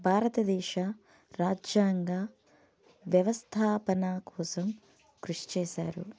భారతదేశ రాజ్యాంగా వ్యవస్థాపన కోసం కృషి చేశారు